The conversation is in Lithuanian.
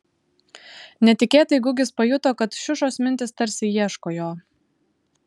netikėtai gugis pajuto kad šiušos mintys tarsi ieško jo